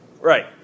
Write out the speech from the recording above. Right